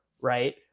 Right